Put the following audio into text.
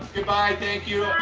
goodbye, thank you!